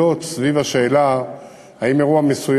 החוק המוצע נועד לערוך כמה שינויים